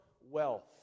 wealth